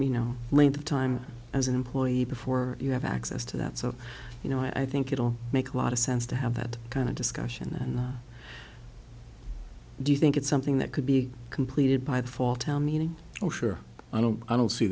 we know length of time as an employee before you have access to that so you know i think it will make a lot of sense to have that kind of discussion and do you think it's something that could be completed by the fall tao meaning oh sure i don't i don't see